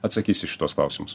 atsakys į šituos klausimus